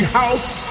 house